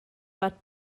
but